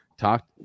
Talk